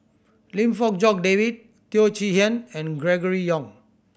Lim Fong Jock David Teo Chee Hean and Gregory Yong